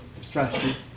strategy